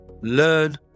Learn